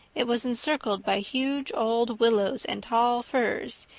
it was encircled by huge old willows and tall firs,